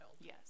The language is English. Yes